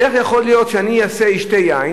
איך יכול להיות שאני אשתה יין,